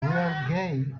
gay